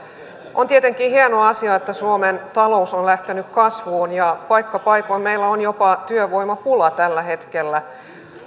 on tietenkin hieno asia että suomen talous on lähtenyt kasvuun ja paikka paikoin meillä on jopa työvoimapula tällä hetkellä